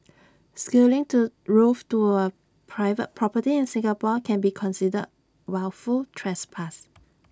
scaling to roof to A private property in Singapore can be considered wilful trespass